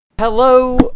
Hello